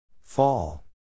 Fall